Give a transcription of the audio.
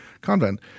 convent